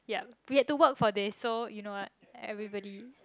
ya we have to work for this so you know what everybody